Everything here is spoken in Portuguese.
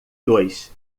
dois